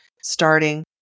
starting